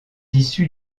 issu